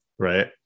Right